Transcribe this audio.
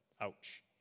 Ouch